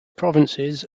provinces